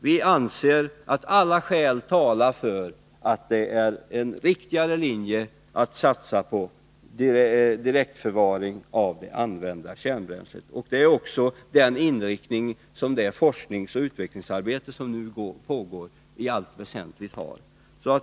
Vi anser att alla skäl talar för att det är en riktigare linje att satsa på direktförvaring av det använda kärnbränslet. Det är också den inriktning som det forskningsoch utvecklingsarbete som nu pågår i allt väsentligt har.